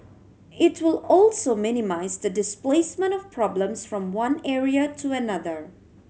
it will also minimise the displacement of problems from one area to another